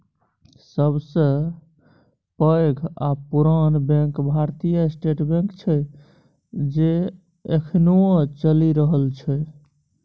सबसँ पैघ आ पुरान बैंक भारतीय स्टेट बैंक छै जे एखनहुँ चलि रहल छै